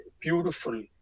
beautiful